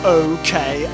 okay